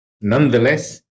Nonetheless